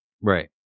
Right